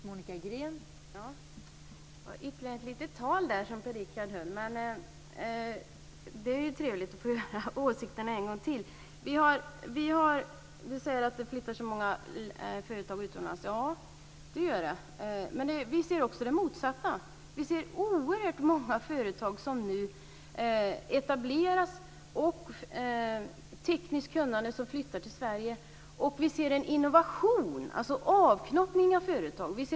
Fru talman! Per-Richard Molén höll ett litet tal här. Men det är ju trevligt att få höra hans åsikter en gång till. Per-Richard Molén säger att det flyttar många företag utomlands. Ja, det gör det, men vi ser också det motsatta. Det är oerhört många företag som nu etablerar sig här med mycket tekniskt kunnande som flyttar till Sverige. Vi ser också en innovation och en avknoppning av företag.